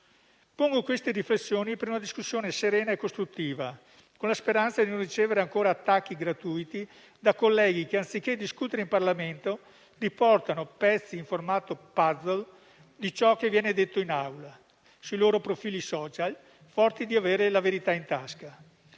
Pongo queste riflessioni per una discussione serena e costruttiva, con la speranza di non ricevere ancora attacchi gratuiti da colleghi che, anziché discutere in Parlamento, riportano pezzi, in formato puzzle, di ciò che viene detto in Aula sui loro profili *social*, forti di avere la verità in tasca.